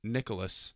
Nicholas